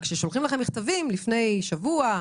רק כששולחים לכם מכתבים לפני שבוע,